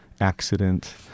accident